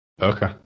Okay